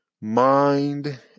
Mind